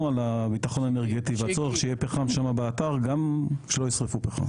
על הבטחון האנרגטי והצורך שיהיה פחם שם באתר גם אם לא ישרפו פחם.